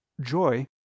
joy